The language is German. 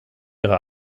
ihrer